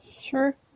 Sure